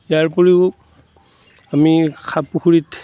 ইয়াৰ উপৰিও আমি খাপ পুখুৰীত